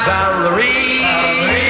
Valerie